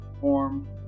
form